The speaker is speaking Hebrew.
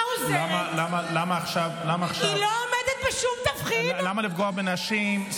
היא לא עומדת בשום תבחין למה לפגוע בנשים,